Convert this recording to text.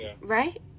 right